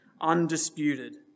undisputed